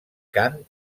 cant